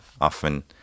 often